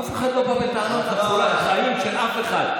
אף אחד לא בא בטענות על צורת החיים של אף אחד.